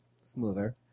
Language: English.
smoother